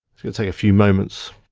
it's gonna take a few moments.